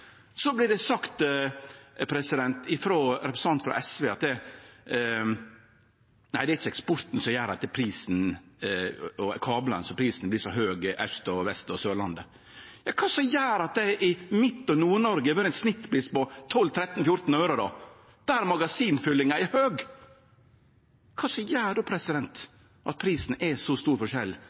Så vert det sagt frå representanten frå SV at det ikkje er eksporten og kablane som gjer at prisane vert så høge på Aust-, Vest- og Sørlandet. Kva er det då som gjer at det i Midt- og Nord-Noreg har vore ein snittpris på 12, 13, 14 øre – der magasinfyllinga er høg? Kva er det då som gjer at det er så stor